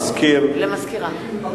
לסגן המזכירה.